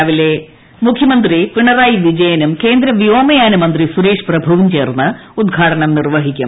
രാവിലെ മുഖ്യമന്ത്രി പിണറായി വിജയനും കേന്ദ്ര വ്യോമയാന മന്ത്രി സുരേഷ് പ്രഭുവും ചേർന്ന് ഉദ്ഘാടനം നിർവ്വഹിക്കും